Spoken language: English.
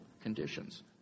conditions